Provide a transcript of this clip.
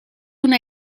una